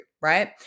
right